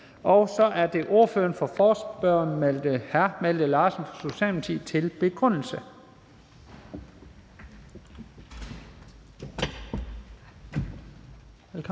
Så er det ordføreren for forespørgerne, hr. Malte Larsen fra Socialdemokratiet, til en begrundelse.